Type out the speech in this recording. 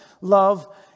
love